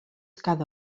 cada